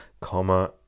Comma